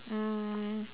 um